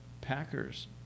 Packers